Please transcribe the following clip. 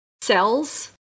cells